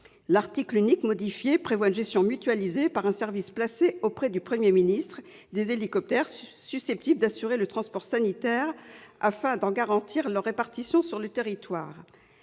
L'article unique modifié prévoit une gestion mutualisée par un service placé auprès du Premier ministre des hélicoptères susceptibles d'assurer le transport sanitaire, afin de garantir la répartition de ceux-ci sur le territoire.